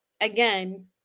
again